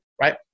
right